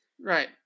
Right